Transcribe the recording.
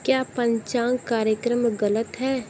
क्या पंचांग कार्यक्रम गलत है